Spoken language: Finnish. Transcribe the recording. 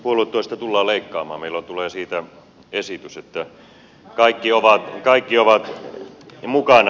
puoluetuesta tullaan leikkaamaan meillä tulee siitä esitys niin että kaikki ovat mukana